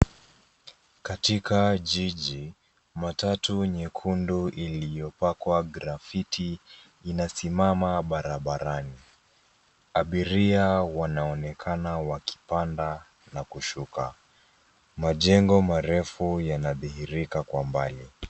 Katika jiji, matatu nyekundu iliyopakwa grafiti inasimama barabarani. Abiria wanaonekana wakipanda na kushuka. Majengo marefu yanadhihirika kwa mbali.